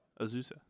Azusa